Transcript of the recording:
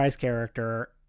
character